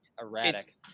erratic